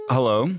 Hello